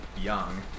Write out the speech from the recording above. young